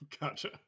gotcha